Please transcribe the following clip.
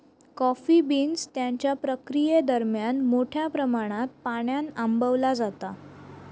coffee beans त्यांच्या प्रक्रियेदरम्यान मोठ्या प्रमाणात पाण्यान आंबवला जाता